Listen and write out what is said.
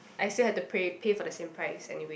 I still have to pray pay for the same price anyway